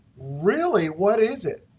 really, what is it?